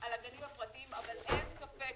על הגנים הפרטיים, אבל אין ספק